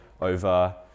over